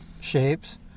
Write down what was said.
shapes